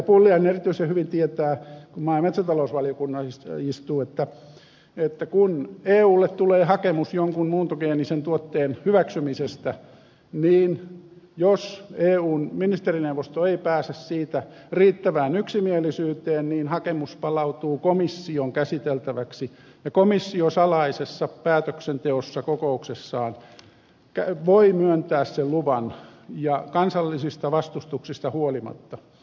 pulliainen erityisen hyvin tietää joka maa ja metsätalousvaliokunnassa istuu kun eulle tulee hakemus jonkin muuntogeenisen tuotteen hyväksymisestä niin jos eun ministerineuvosto ei pääse siitä riittävään yksimielisyyteen hakemus palautuu komission käsiteltäväksi ja komissio salaisessa päätöksenteossa kokouksessaan voi myöntää sen luvan kansallisista vastustuksista huolimatta